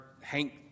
Hank